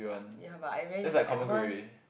ya but I very I don't want